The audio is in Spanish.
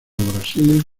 brasil